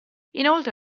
inoltre